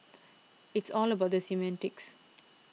it's all about the semantics